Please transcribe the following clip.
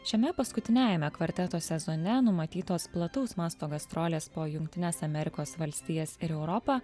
šiame paskutiniajame kvarteto sezone numatytos plataus masto gastrolės po jungtines amerikos valstijas ir europą